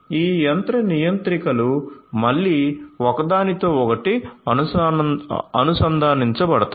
ఈ యంత్ర నియంత్రికలు మళ్ళీ ఒకదానితో ఒకటి అనుసంధానించబడతాయి